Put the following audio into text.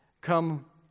come